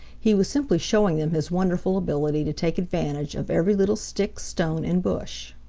he was simply showing them his wonderful ability to take advantage of every little stick, stone and bush.